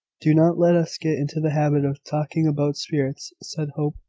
do not let us get into the habit of talking about spirits, said hope.